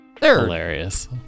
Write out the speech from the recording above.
Hilarious